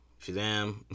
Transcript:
Shazam